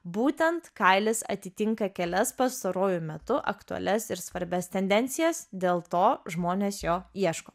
būtent kailis atitinka kelias pastaruoju metu aktualias ir svarbias tendencijas dėl to žmonės jo ieško